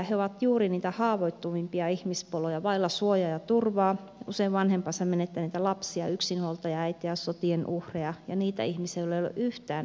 he ovat juuri niitä haavoittuvimpia ihmispoloja vailla suojaa ja turvaa usein vanhempansa menettäneitä lapsia yksinhuoltajaäitejä sotien uhreja ja niitä ihmisiä joilla ei ole yhtään yhtään mitään